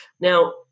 Now